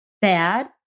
bad